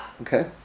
okay